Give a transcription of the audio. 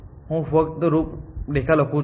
હું ફક્ત તેની રૂપરેખા લખું છું